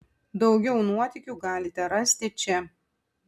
daugiau nuotykių galite rasti čia